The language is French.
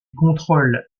contrôle